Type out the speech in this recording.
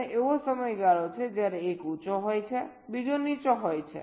અને એવો સમયગાળો છે જ્યારે એક ઉંચો હોય છે બીજો નીચો હોય છે